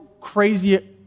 crazy